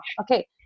okay